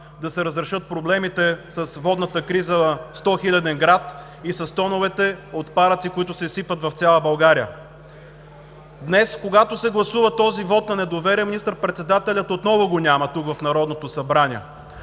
да се разрешат проблемите с водната криза на стохиляден град и с тоновете отпадъци, които се изсипват в цяла България. Днес, когато се гласува този вот на недоверие, министър-председателят отново го няма тук, в Народното събрание.